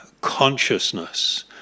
consciousness